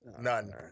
None